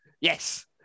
yes